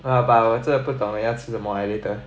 !wah! but 我真的不懂 leh 要吃什么 leh later